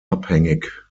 abhängig